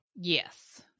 Yes